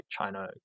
China